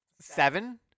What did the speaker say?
Seven